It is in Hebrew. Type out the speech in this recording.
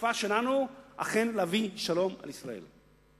השאיפה שלנו להביא שלום על ישראל.